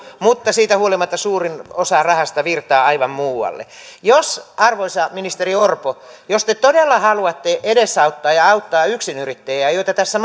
mutta siitä huolimatta suurin osa rahasta virtaa aivan muualle jos arvoisa ministeri orpo te todella haluatte edesauttaa ja auttaa yksinyrittäjiä joita tässä